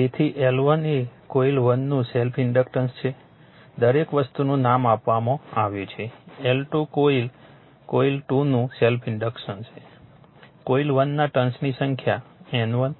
તેથી L1 એ coil 1 નું સેલ્ફ ઇન્ડક્ટન્સ છે દરેક વસ્તુનું નામ આપવામાં આવ્યું છે L2 કોઇલ કોઇલ 2 નું સેલ્ફ ઇન્ડક્ટન્સ છે કોઇલ 1 ના ટર્ન્સની સંખ્યા N1